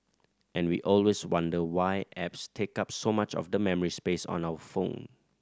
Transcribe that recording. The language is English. and we always wonder why apps take up so much of the memory space on our phone